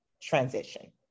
transition